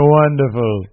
wonderful